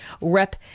Rep